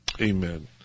Amen